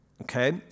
Okay